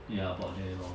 ya about there lor